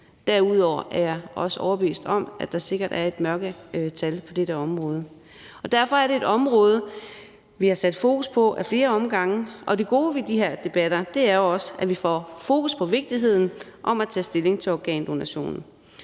Derudover er jeg også overbevist om, at der sikkert er et mørketal på dette område, og derfor er det et område, vi har sat fokus på af flere omgange, og det gode ved de her debatter er jo også, at vi får fokus på vigtigheden af at tage stilling til organdonation.